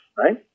right